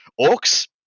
Orcs